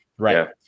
Right